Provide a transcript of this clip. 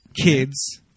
kids